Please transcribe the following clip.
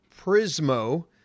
Prismo